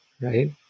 right